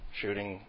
shooting